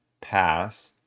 pass